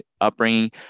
upbringing